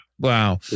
Wow